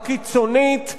הקיצונית,